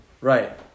Right